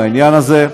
בעניין הזה,